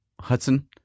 Hudson